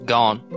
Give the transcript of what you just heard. Gone